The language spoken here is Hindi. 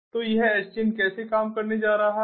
तो यह SDN कैसे काम करने जा रहा है